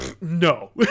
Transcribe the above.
No